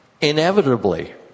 Inevitably